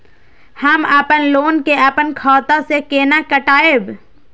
हम अपन लोन के अपन खाता से केना कटायब?